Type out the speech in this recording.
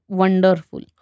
wonderful